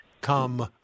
come